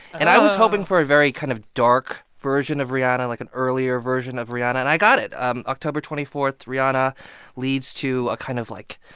and i was hoping for a very kind of dark version of rihanna, like an earlier version of rihanna, and i got it um october twenty four rihanna leads to a kind of, like,